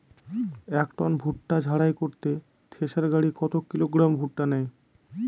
এক টন ভুট্টা ঝাড়াই করতে থেসার গাড়ী কত কিলোগ্রাম ভুট্টা নেয়?